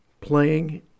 playing